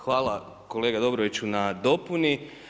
Hvala kolega Dobroviću na dopuni.